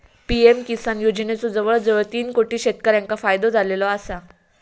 PM Kisan योजनेचो जवळजवळ तीन कोटी शेतकऱ्यांका फायदो झालेलो आसा